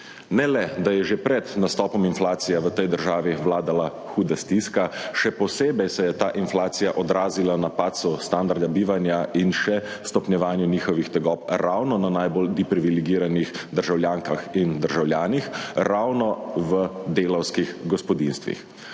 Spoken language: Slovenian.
Ne le, da je že pred nastopom inflacije v tej državi vladala huda stiska, še posebej se je ta inflacija odrazila na padcu standarda bivanja in še stopnjevanju njihovih tegob ravno na najbolj depriviligiranih državljankah in državljanih, ravno v delavskih gospodinjstvih.